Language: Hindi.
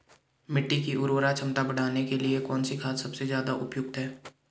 मिट्टी की उर्वरा क्षमता बढ़ाने के लिए कौन सी खाद सबसे ज़्यादा उपयुक्त है?